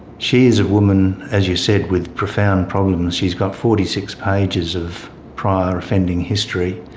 she is a woman, as you said, with profound problems. she's got forty six pages of prior offending history,